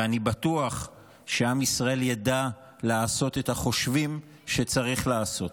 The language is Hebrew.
ואני בטוח שעם ישראל ידע לעשות את החושבים שצריך לעשות.